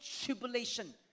tribulation